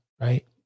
right